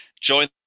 join